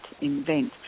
invent